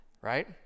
right